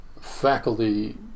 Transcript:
faculty